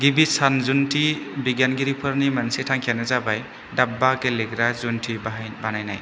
गिबि सानजुनथि बिगियानगिरिफोरनि मोनसे थांखियानो जाबाय दाब्बा गेलेग्रा जुन्थि बाहाय बानायनाय